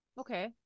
okay